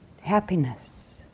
happiness